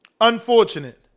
unfortunate